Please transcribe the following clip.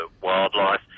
wildlife